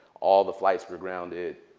all the flights were grounded.